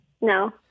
No